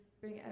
bring